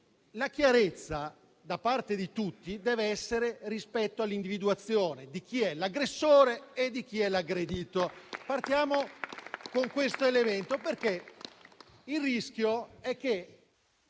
la chiarezza da parte di tutti deve essere rispetto all'individuazione di chi è l'aggressore e di chi è l'aggredito. Partiamo da questo elemento. Il rischio è